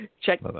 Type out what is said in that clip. Check